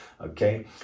Okay